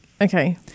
Okay